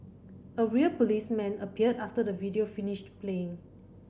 a real policeman appeared after the video finished playing